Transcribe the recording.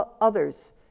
others